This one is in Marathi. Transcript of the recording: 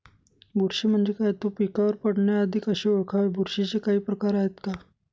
बुरशी म्हणजे काय? तो पिकावर पडण्याआधी कसे ओळखावे? बुरशीचे काही प्रकार आहेत का?